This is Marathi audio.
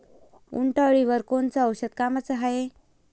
उंटअळीवर कोनचं औषध कामाचं हाये?